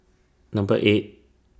Number eight